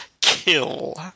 kill